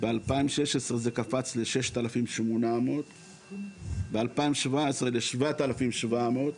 ב-2016 זה קפץ ל-6,800 ב-2017 ל-7,700.